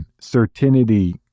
certainty